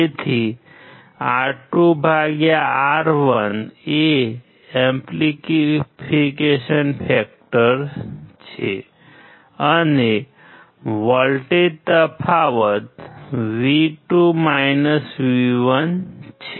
તેથી R2R1 એ amplification factor છે અને વોલ્ટેજ તફાવત V2 V1 છે